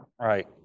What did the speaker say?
Right